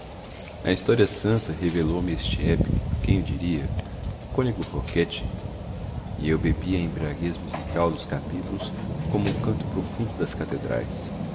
a história santa revelou me este épico quem o diria o cônego roquette e eu bebi a embriaguez musical dos capítulos como o canto profundo das catedrais